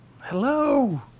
Hello